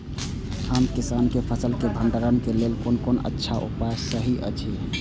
हम किसानके फसल के भंडारण के लेल कोन कोन अच्छा उपाय सहि अछि?